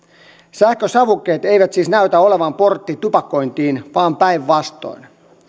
sähkösavukkeet eivät siis näytä olevan portti tupakointiin vaan päinvastoin